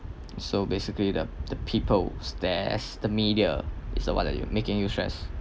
so basically the the people stares the media is the what that making you stress